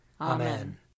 Amen